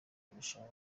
byarushaho